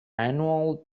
annual